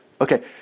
Okay